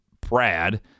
Brad